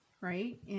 Right